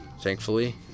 Thankfully